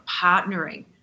partnering